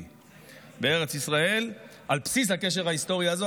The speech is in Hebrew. בארץ ישראל על בסיס הקשר ההיסטורי הזה,